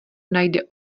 najde